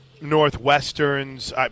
Northwestern's